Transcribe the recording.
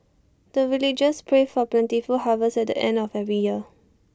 the villagers pray for plentiful harvest at the end of every year